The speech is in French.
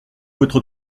votre